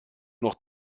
noch